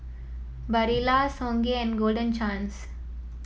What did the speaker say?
Barilla Songhe and Golden Chance